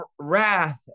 Wrath